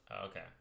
Okay